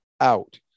out